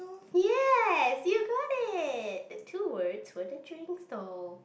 yes you got it the two word were the drink stall